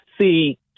see